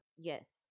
yes